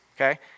okay